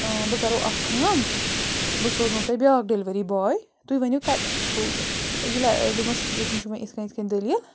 بہٕ کَرو اَکھ کٲم بہٕ سوزنو تۄہہِ بیٛاکھ ڈِلؤری باے تُہۍ ؤنِو کَتٮ۪ن چھُو یہِ یہِ لہ دوٚپمَس ییٚتٮ۪ن چھُ مےٚ یِتھۍ کَنۍ یِتھ کَنۍ دٔلیٖل